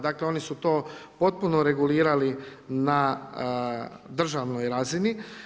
Dakle oni su to potpuno regulirali na državnoj razini.